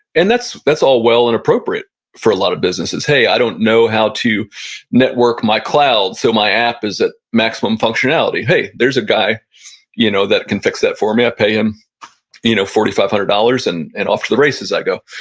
and that's that's all well and appropriate for a lot of businesses. hey, i don't know how to network my cloud, so my app is that maximum functionality. hey, there's a guy you know that can fix that for me. i pay him you know four thousand five hundred dollars and and off to the race as i go.